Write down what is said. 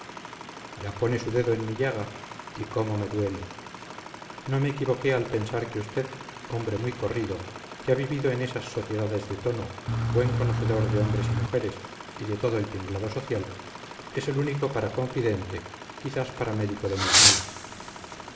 ya pone su dedo en mi llaga y cómo me duele no me equivoqué al pensar que usted hombre muy corrido que ha vivido en esas sociedades de tono buen conocedor de hombres y mujeres y de todo el tinglado social es el único para confidente quizás para médico de mis males